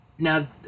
Now